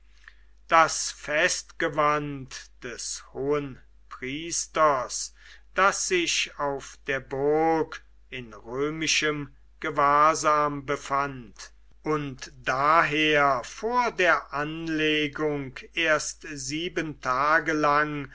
das festgewand des hohenpriesters das sich auf der burg in römischem gewahrsam befand und daher vor der anlegung erst sieben tage lang